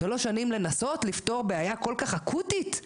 שלוש שנים לנסות לפתור בעיה כל כך אקוטית,